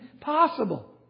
possible